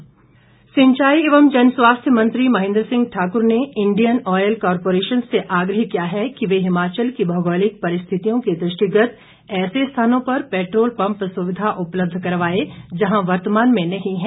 महें द्र सिंह सिंचाई एवं जनस्वास्थ्य मंत्री महेंद्र सिंह ठाक्र ने इंडियन ऑयल कॉर्पोरेशन से आग्रह किया है कि वे हिमाचल की भौगोलिक परिस्थितियों के दृष्टिगत ऐसे स्थानों पर पेट्रोल पम्प सुविधा उपलब्ध करवाए जहां वर्तमान में नहीं है